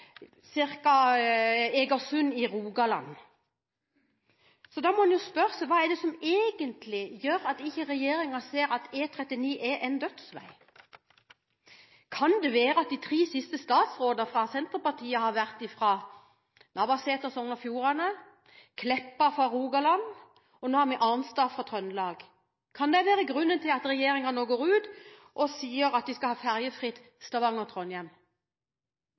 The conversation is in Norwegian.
ca. Egersund i Rogaland. Da må en spørre seg hva det er som egentlig gjør at ikke regjeringen ser at E39 er en dødsvei. Kan det være at de tre siste statsrådene fra Senterpartiet har vært Navarsete fra Sogn og Fjordane, Meltveit Kleppa fra Rogaland, og nå Arnstad fra Trøndelag? Kan det være grunnen til at regjeringen nå går ut og sier at de skal ha ferjefritt